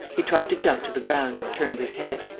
he tried to jump to the ground and turned his head.